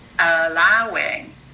allowing